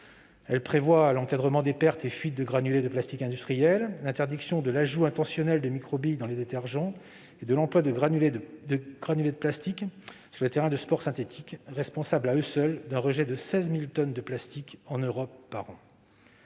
Elle prévoit l'encadrement des pertes et des fuites de granulés de plastique industriels, l'interdiction de l'ajout intentionnel de microbilles dans les détergents et de l'emploi de granulés de plastique sur les terrains de sport synthétiques, responsables à eux seuls, en Europe, d'un rejet annuel de 16 000 tonnes de plastique. L'article